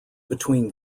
between